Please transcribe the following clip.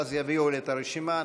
ואז יביאו לי את הרשימה ונמשיך.